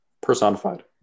Personified